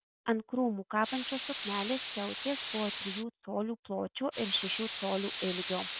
ant krūmų kabančios suknelės skiautės buvo trijų colių pločio ir šešių colių ilgio